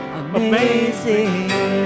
amazing